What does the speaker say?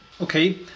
Okay